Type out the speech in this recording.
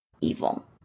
evil